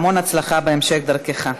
והמון הצלחה בהמשך דרכך.